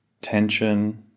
tension